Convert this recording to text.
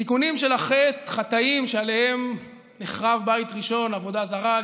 התיקונים של החטאים שעליהם נחרב בית ראשון: עבודה זרה,